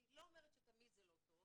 אני לא אומרת שתמיד זה לא טוב,